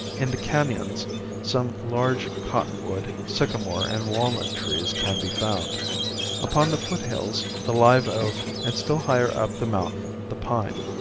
in the canons some large cottonwood, sycamore and walnut trees can be found upon the foot hills the live oak and still higher up the mountain the pine.